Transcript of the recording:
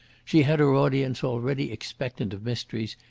she had her audience already expectant of mysteries,